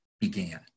began